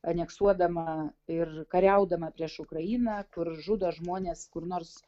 aneksuodama ir kariaudama prieš ukrainą kur žudo žmones kur nors